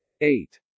Eight